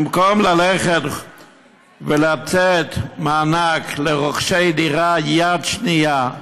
במקום ללכת ולתת מענק לרוכשי דירה יד שנייה,